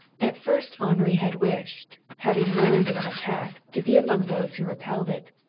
at first henri had wished, having learned of an attack, to be among those who repelled it.